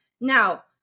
Now